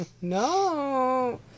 No